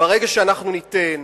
ברגע שאנחנו ניתן